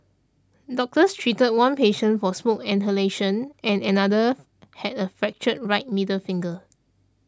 doctors treated one patient for smoke inhalation and another had a fractured right middle finger